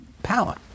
power